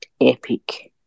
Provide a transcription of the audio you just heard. epic